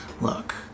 look